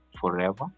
forever